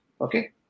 okay